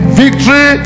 victory